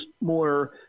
more